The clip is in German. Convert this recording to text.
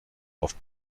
auf